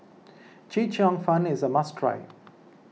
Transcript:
Chee Cheong Fun is a must try